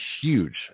huge